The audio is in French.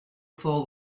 fort